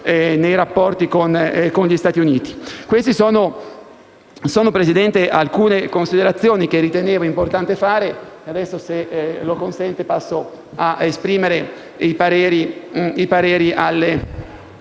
queste sono alcune considerazioni che ritenevo importante fare. Adesso, se lo consente, passo ad esprimere i pareri sulle